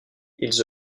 ils